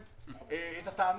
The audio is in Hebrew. הבנו שיש פה